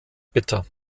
bitter